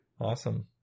Awesome